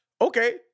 okay